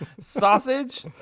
Sausage